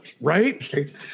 right